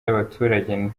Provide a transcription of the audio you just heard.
y’abaturage